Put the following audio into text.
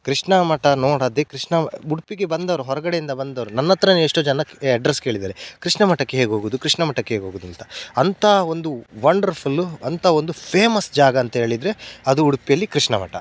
ಕೃಷ್ಣ ಮಠ ನೋಡದೆ ಕೃಷ್ಣ ಉಡುಪಿಗೆ ಬಂದವ್ರು ಹೊರಗಡೆಯಿಂದ ಬಂದವ್ರು ನನ್ನ ಹತ್ತಿರನೇ ಎಷ್ಟೋ ಜನ ಏ ಅಡ್ರೆಸ್ ಕೇಳಿದ್ದಾರೆ ಕೃಷ್ಣ ಮಠಕ್ಕೆ ಹೇಗೆ ಹೋಗೋದು ಕೃಷ್ಣ ಮಠಕ್ಕೆ ಹೇಗೆ ಹೋಗೋದು ಅಂತ ಅಂಥ ಒಂದು ವಂಡ್ರ್ಫುಲ್ಲು ಅಂಥ ಒಂದು ಫೇಮಸ್ ಜಾಗ ಅಂತ ಹೇಳಿದ್ರೆ ಅದು ಉಡುಪಿಯಲ್ಲಿ ಕೃಷ್ಣ ಮಠ